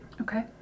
Okay